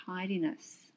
tidiness